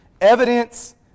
Evidence